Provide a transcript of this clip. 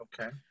Okay